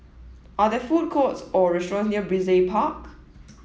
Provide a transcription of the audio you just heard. are there food courts or restaurants near Brizay Park